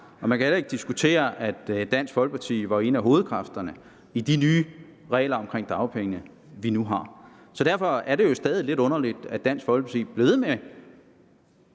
Man kan heller ikke diskutere, at Dansk Folkeparti var en af hovedkræfterne i forbindelse med de nye regler om dagpengene, som vi har nu. Derfor er det jo stadig lidt underligt, at Dansk Folkeparti bliver ved med